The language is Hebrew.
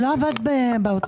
הוא לא עבד באוצר?